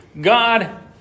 God